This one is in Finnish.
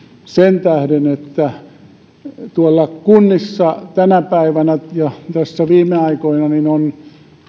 sen tähden että kunnissa tänä päivänä ja tässä viime aikoina on